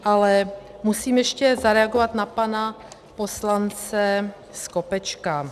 Ale musím ještě zareagovat na pana poslance Skopečka.